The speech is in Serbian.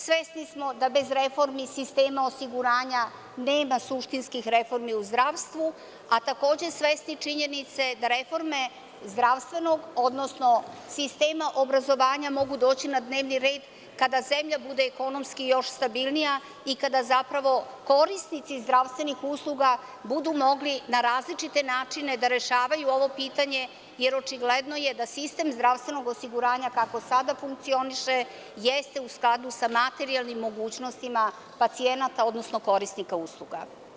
Svesni smo da bez reformi sistema osiguranja nema suštinskih reformi u zdravstvu, a takođe svesni činjenice da reforme zdravstvenog, odnosno sistema obrazovanja mogu doći na dnevni red kada zemlja bude ekonomski još stabilnija i kada zapravo korisnici zdravstvenih usluga budu mogli na različite načine da rešavaju ovo pitanje, jer očigledno je da sistem zdravstvenog osiguranja kako sada funkcioniše, jeste u skladu sa materijalnim mogućnostima pacijenata, odnosno korisnika usluga.